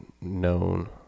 known